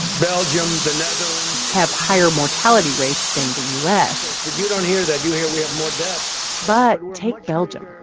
belgium, the netherlands. have higher mortality rates than the u s but you don't hear that. you hear we have more death but take belgium.